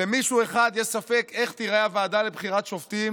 למישהו אחד יש ספק איך תיראה הוועדה לבחירת שופטים